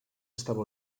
estava